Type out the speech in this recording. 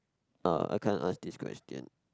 uh I kind of ask this question